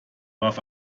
warf